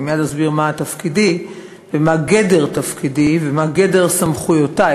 אני מייד אסביר מה תפקידי ומה גדר תפקידי ומה גדר סמכויותי,